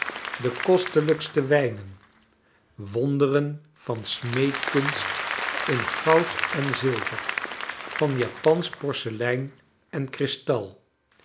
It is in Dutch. de kostelijkste wijnen wonderen vaa smeedkunst in gaud en zilver van japansch porcelein en kristal